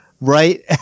right